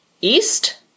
East